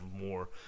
more